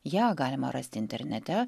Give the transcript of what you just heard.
ją galima rasti internete